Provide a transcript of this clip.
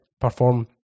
perform